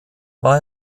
war